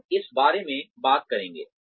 हम इस बारे में बात करेंगे